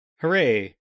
Hooray